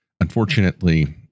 Unfortunately